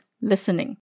listening